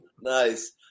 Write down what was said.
Nice